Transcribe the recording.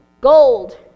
Gold